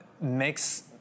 makes